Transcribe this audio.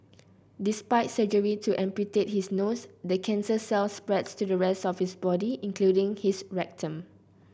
despite surgery to amputate his nose the cancer cells spread to the rest of his body including his rectum